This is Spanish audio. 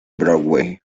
broadway